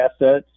assets